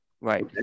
Right